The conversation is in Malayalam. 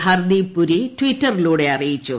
ഹർദീപ് പുരി ട്വിറ്ററിലൂടെ അറിയിച്ചു